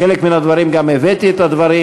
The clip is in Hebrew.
בחלק מן הדברים גם הבאתי את הדברים,